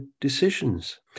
decisions